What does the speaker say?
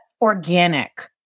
organic